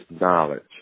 knowledge